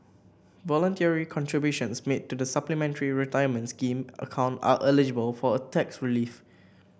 voluntary contributions made to the Supplementary Retirement Scheme account are eligible for a tax relief